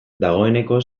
dagoeneko